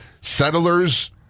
Settlers